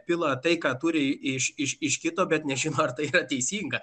pila tai ką turi iš iš iš kito bet nežinau ar tai kas teisinga